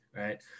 right